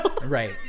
right